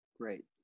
Great